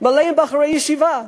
מלא בבחורי ישיבה,